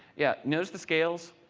yeah, notice the scales.